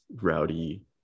rowdy